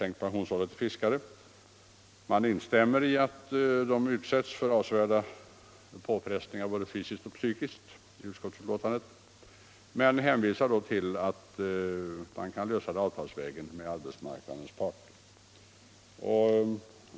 Utskottsmajoriteten instämmer i att yrkesfiskarna utsätts för avsevärda påfrestningar i både fysiskt och psykiskt avseende men hänvisar till att problemet kan lösas avtalsvägen av arbetsmarknadens parter.